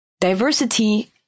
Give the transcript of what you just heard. Diversity